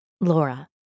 Laura